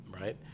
right